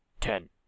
ten